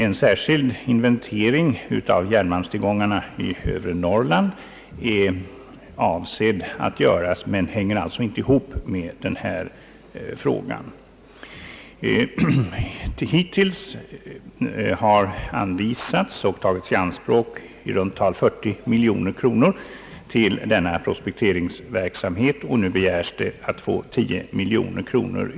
En särskild inventering av järnmalmstillgångarna i övre Norrland är avsedd att göras men hänger alltså inte ihop med denna fråga. Hittills har anvisats och tagits i anspråk i runt tal 40 miljoner kronor till denna prospekteringsverksamhet. Nu begärs ytterligare 10 miljoner kronor.